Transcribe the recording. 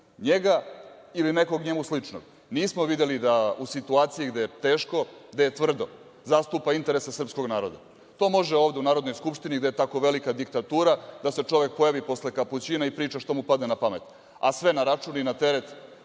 njega ili nekog njemu sličnog, nismo videli da u situaciji gde je teško, gde je tvrdo, zastupa interese srpskog naroda. To može ovde u Narodnoj skupštini gde je tako velika diktatura, da se čovek pojavi posle kapućina i priča šta mu padne na pamet, a sve na račun i na teret